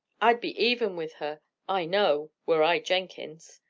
i'd be even with her, i know, were i jenkins.